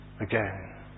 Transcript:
again